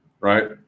Right